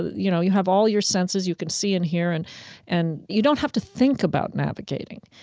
you know, you have all your senses. you can see and hear and and you don't have to think about navigating,